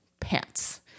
pants